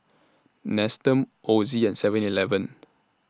Nestum Ozi and Seven Eleven